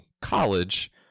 college